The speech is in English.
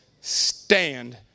stand